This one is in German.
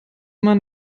man